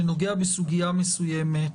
שנוגע בסוגיה מסוימת,